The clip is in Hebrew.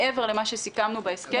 מעבר למה שסיכמנו בהסכם,